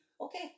Okay